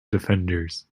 defenders